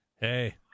Hey